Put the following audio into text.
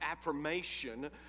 affirmation